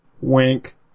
Wink